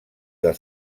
del